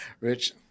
Rich